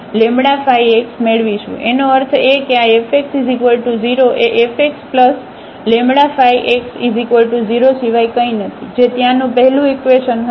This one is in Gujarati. એનો અર્થ એ કે આ Fx0એfxλx0 સિવાય કંઈ નથી જે ત્યાંનું પહેલું ઇકવેશન હતું Fy0